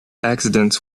accidents